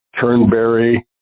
Turnberry